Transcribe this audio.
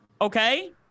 Okay